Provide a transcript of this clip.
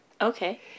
Okay